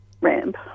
ramp